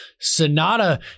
sonata